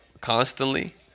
constantly